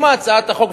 אם הצעת החוק,